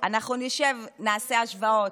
אנחנו נשב, נעשה השוואות.